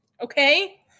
Okay